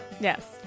Yes